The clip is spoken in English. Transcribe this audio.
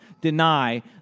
deny